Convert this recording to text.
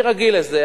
אני רגיל לזה,